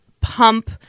pump